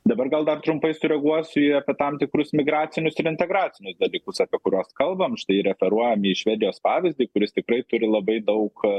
dabar gal dar trumpai sureaguosiu į apie tam tikrus migracinius ir integracinius dalykus apie kuriuos kalbam štai referuojam į švedijos pavyzdį kuris tikrai turi labai daug